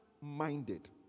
minded